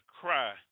cry